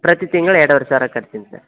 ಪ್ರತಿ ತಿಂಗ್ಳು ಎರಡುವರೆ ಸಾವಿರ ಕಟ್ತೀನಿ ಸರ್